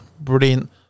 Brilliant